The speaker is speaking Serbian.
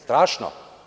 Strašno.